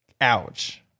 Ouch